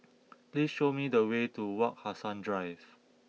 please show me the way to Wak Hassan Drive